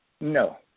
No